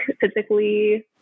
physically